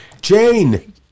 Jane